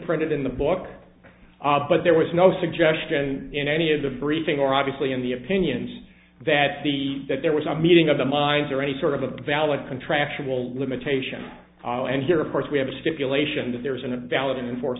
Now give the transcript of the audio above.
printed in the book but there was no suggestion in any of the briefing or obviously in the opinions that the that there was a meeting of the minds or any sort of a valid contractual limitation and here of course we have a stipulation that there isn't a valid and forc